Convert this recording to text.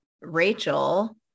Rachel